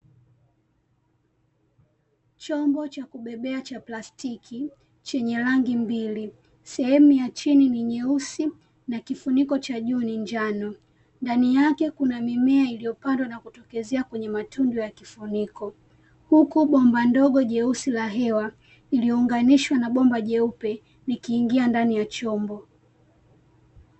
Chombo cha kubebea cha plastiki chenye rangi mbili; sehemu ya chini ni nyeusi na kifuniko cha juu ni njano. Ndani yake kuna mimea iliyopandwa na kutokezea kwenye matundu ya kifuniko huku bomba ndogo jeusi la hewa iliyounganishwa na bomba jeupe, likiingia ndani ya chombo.